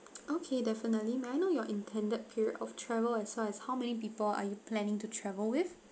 okay definitely may I know your intended period of travel as well as how many people are you planning to travel with